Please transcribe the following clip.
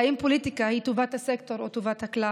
האם פוליטיקה היא טובת הסקטור או טובת הכלל?